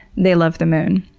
they love the moon.